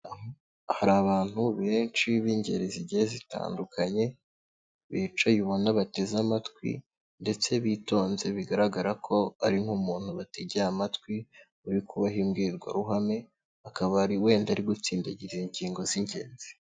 Hari abantu benshi b'ingeri zigiye zitandukanye bicaye ubona bateze amatwi ndetse bitonze bigaragara ko ari nk'umuntu batege amatwi uri kubaha imbwirwaruhame akaba wenda ari gutsindagira ingingo z'ingenzi.